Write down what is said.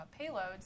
payloads